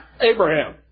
Abraham